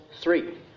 three